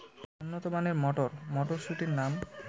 উন্নত মানের মটর মটরশুটির নাম?